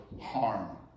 harm